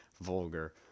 vulgar